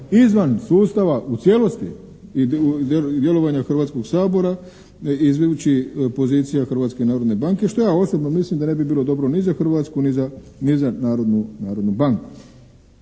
izvan sustava u cijelosti i djelovanja Hrvatskog sabora izdajući pozicija Hrvatske narodne banke što ja osobno mislim da ne bi bilo dobro ni za Hrvatsku ni za Narodnu banku.